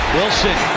Wilson